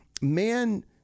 man